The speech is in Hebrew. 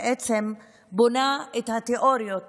בעצם בונה את התיאוריות